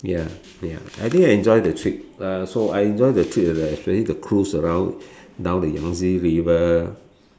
ya ya I think I enjoy the trip uh so I enjoy the trip especially the cruise around down the Yangtze river